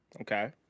Okay